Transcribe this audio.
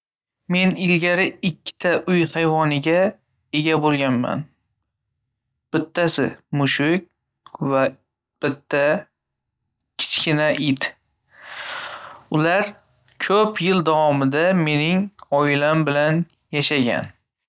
Men ilgari ikki ta uy hayvoniga ega bo'lganman. bitta mushuk va bitta kichkina it. Ular ko‘p yil davomida mening oilam bilan yashagan.